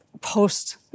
post